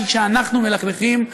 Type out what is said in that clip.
כי כשאנחנו מלכלכים,